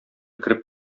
кереп